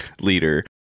leader